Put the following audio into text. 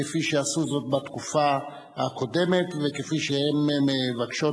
כפי שעשו זאת בתקופה הקודמת וכפי שהן מבקשות